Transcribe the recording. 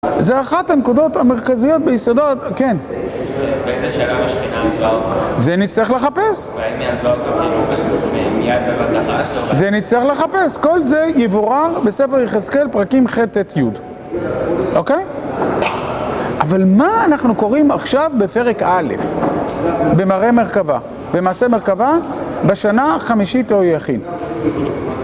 זה אחת הנקודות המרכזיות ביסודות, כן? באיזו שנה משכינה.... זה נצטרך לחפש. מיד בבת אחת... זה נצטרך לחפש, כל זה יבורר בספר יחזקאל פרקים ח' ט' י', אוקיי? אבל מה אנחנו קוראים עכשיו בפרק א' במראה מרכבה במעשה מרכבה, בשנה חמישית ליהויכין